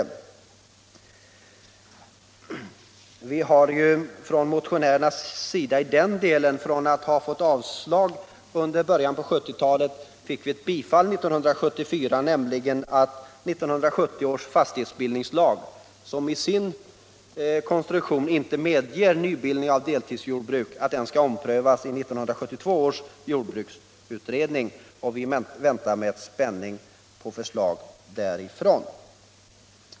Under början av 1970-talet fick vi motionärer avslag på våra yrkanden, medan vi år 1974 så till vida fick våra krav till Samordnad godosedda som riksdagen beslöt att 1970 års fastighetsbildningslag, som = sysselsättnings och inte medger nybildning av deltidsjordbruk, skall omprövas av 1972 års jord — regionalpolitik bruksutredning. Vi väntar med spänning på förslag från utredningen.